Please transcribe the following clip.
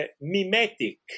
mimetic